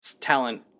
talent